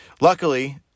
luckily